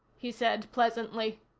he said pleasantly.